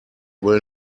will